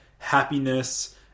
happiness